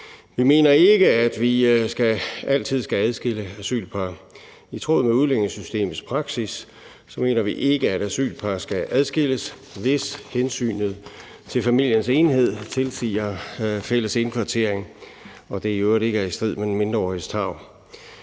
Vi mener ikke, at vi altid skal adskille asylpar. I tråd med udlændingesystemets praksis mener vi ikke, at asylpar skal adskilles, hvis hensynet til familiens enhed tilsiger fælles indkvartering og det i øvrigt ikke er i strid med den mindreåriges tarv.